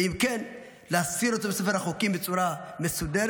ואם כן, להסיר אותם מספר החוקים בצורה מסודרת.